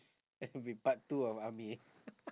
it'll be part two of army